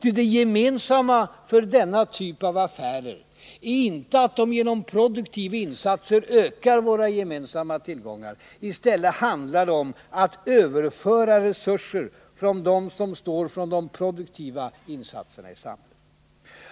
Ty det gemensamma för denna typ av affärer är inte att de genom produktiva insatser ökar våra gemensamma tillgångar. I stället handlar det om att överföra resurser från dem som står för de produktiva insatserna i samhället.